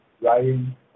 writing